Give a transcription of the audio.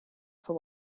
for